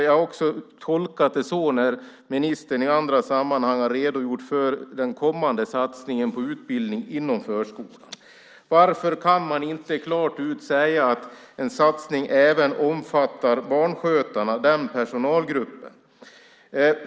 Jag har tolkat det så också när ministern i andra sammanhang har redogjort för den kommande satsningen på utbildning inom förskolan. Varför kan man inte klart utsäga att en satsning även omfattar barnskötarna, den personalgruppen?